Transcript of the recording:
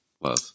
Love